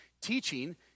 teaching